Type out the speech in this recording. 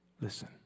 listen